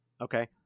Okay